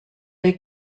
they